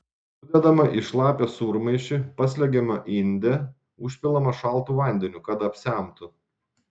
sudedama į šlapią sūrmaišį paslegiama inde užpilama šaltu vandeniu kad apsemtų